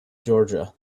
georgia